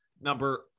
number